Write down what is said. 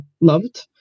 loved